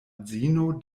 edzino